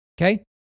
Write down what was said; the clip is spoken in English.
Okay